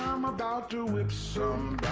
i'm about to whip some